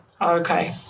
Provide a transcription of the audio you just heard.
Okay